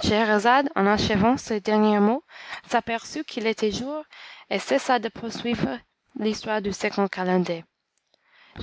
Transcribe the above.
scheherazade en achevant ces derniers mots s'aperçut qu'il était jour et cessa de poursuivre l'histoire du second calender